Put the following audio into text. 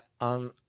on